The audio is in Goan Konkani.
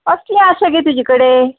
कसलें आसा गे तुजे कडेन